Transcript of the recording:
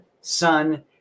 son